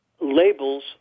labels